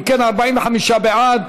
אם כן, 45 בעד,